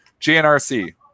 GNRC